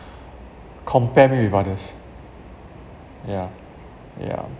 compare me with others ya yeah